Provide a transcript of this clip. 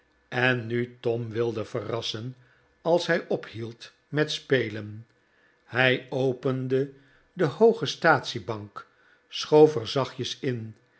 en nu tom wilde verrassen als hij ophield met spelen hij opende de hooge staatsiebank schoof er zachtjes in